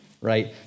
Right